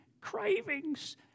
cravings